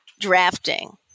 Drafting